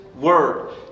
word